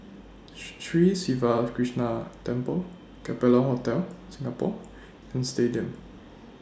Sri Siva Krishna Temple Capella Hotel Singapore and Stadium